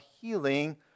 healing